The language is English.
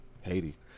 Haiti